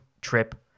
trip